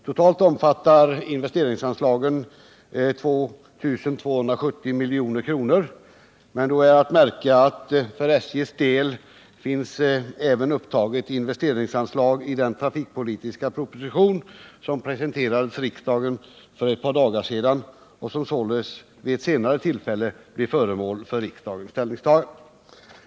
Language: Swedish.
Totalt omfattar investeringsanslagen 2 270 milj.kr., men då är att märka att för SJ:s del finns även upptaget investeringsanslag i den trafikpolitiska proposition som : presenterades riksdagen för ett par dagar sedan och som således vid ett senare tillfälle blir föremål för riksdagens ställningstagande.